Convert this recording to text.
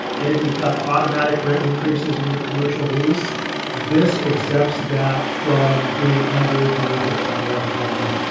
maybe you've got automatic rent increases in your commercial lease this exemption that from being under the eviction moratorium.